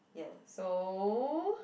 ya so